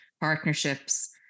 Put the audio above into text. partnerships